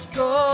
go